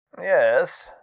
Yes